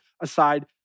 aside